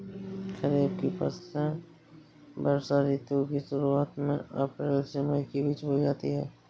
खरीफ की फसलें वर्षा ऋतु की शुरुआत में अप्रैल से मई के बीच बोई जाती हैं